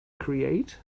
create